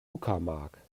uckermark